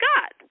God